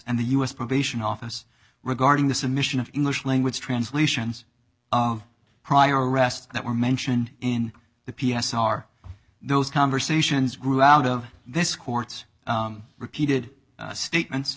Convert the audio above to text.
and the u s probation office regarding the submission of english language translations of prior arrests that were mentioned in the p s r those conversations grew out of this court's repeated statements